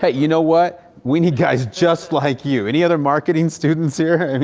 but you know what? we need guys just like you. any other marketing students here? i mean